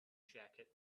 jacket